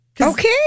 Okay